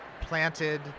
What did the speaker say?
planted